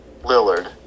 Lillard